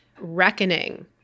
reckoning